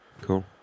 Cool